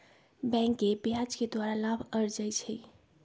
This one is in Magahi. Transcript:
बैंके ब्याज के द्वारा लाभ अरजै छै